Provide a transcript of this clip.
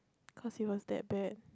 cause it was that bad